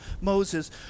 Moses